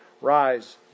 Rise